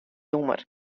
nûmer